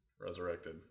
resurrected